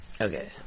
Okay